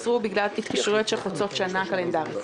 בגלל התקשרויות שחוצות שנה קלנדרית.